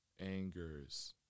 angers